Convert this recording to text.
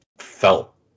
Felt